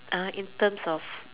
ah in terms of